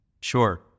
Sure